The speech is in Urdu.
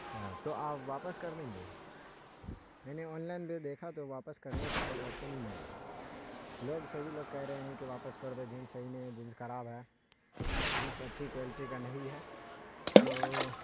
ہاں تو آپ واپس کر دیں گے میں نے آن لائن بھی دیکھا تو واپس کرنے کا کوئی آپشن ہی نہیں ہے لوگ سبھی لوگ کہہ رہے ہیں کہ واپس کر دو جنس صحیح نہیں ہے جنس خراب ہے جنس اچھی کوالٹی کا نہیں ہے تو